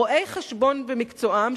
רואי-חשבון במקצועם,